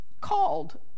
called